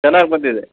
ಚೆನ್ನಾಗಿ ಬಂದಿದೆ